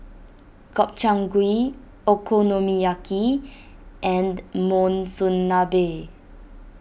Gobchang Gui Okonomiyaki and Monsunabe